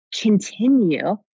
continue